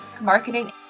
marketing